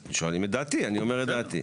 שואלים את דעתי, אני אומר את דעתי.